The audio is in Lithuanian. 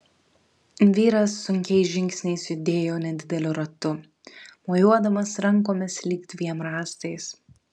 vyras sunkiais žingsniais judėjo nedideliu ratu mojuodamas rankomis lyg dviem rąstais